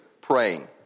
praying